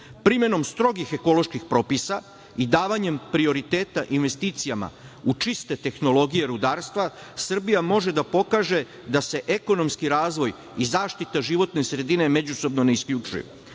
Primenom strogih ekoloških propisa i davanjem prioriteta investicijama u čiste tehnologije rudarstva Srbija može da pokaže da se ekonomski razvoj i zaštita životne sredine međusobno ne isključuju.